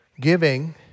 Giving